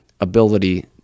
Ability